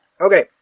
Okay